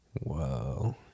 Whoa